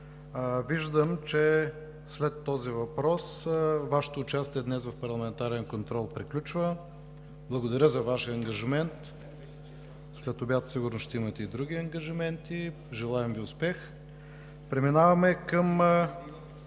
Виждам, че след този въпрос Вашето участие днес в парламентарния контрол приключва. Благодаря за Вашия ангажимент, след обяд сигурно ще имате и други ангажименти, желая Ви успех! (Реплика на